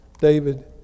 David